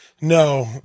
No